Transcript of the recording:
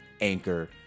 Anchor